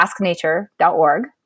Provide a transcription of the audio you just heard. asknature.org